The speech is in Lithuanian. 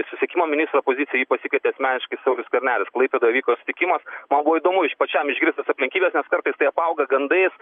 susisiekimo ministro poziciją jį pasikvietė asmeniškai saulius skvernelis klaipėdoje vyko susitikimas man buvo įdomu pačiam išgirst tas aplinkybes nes kartais tai apauga gandais